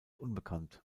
unbekannt